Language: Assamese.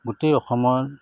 গোটেই অসমত